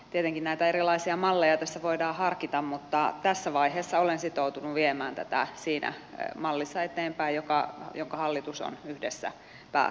tietenkin näitä erilaisia malleja tässä voidaan harkita mutta tässä vaiheessa olen sitoutunut viemään tätä siinä mallissa eteenpäin jonka hallitus on yhdessä päättänyt